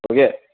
okay